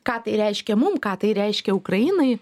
ką tai reiškia mum ką tai reiškia ukrainai